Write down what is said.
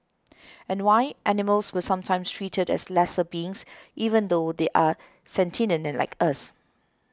and why animals were sometimes treated as lesser beings even though they are sentient like us